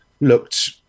looked